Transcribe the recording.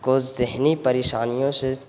کچھ ذہنی پریشانیوں سے